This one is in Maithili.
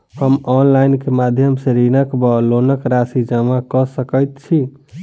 हम ऑनलाइन केँ माध्यम सँ ऋणक वा लोनक राशि जमा कऽ सकैत छी?